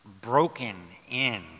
broken-in